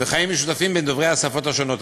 וחיים משותפים בין דוברי השפות השונות.